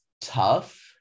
tough